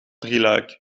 drieluik